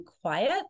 quiet